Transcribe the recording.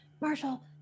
Marshall